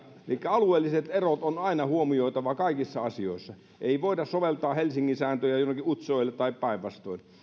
alueelliset erot on aina huomioitava kaikissa asioissa ei voida soveltaa helsingin sääntöjä jonnekin utsjoelle tai päinvastoin